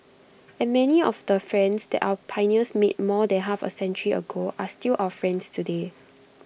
and many of the friends that our pioneers made more than half A century ago are still our friends today